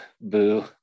boo